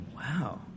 Wow